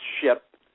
ship